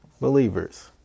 believers